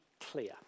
clear